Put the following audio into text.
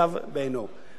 אחד מהשניים היה קורה: